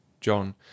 John